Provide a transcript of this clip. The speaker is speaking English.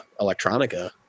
electronica